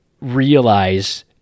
realize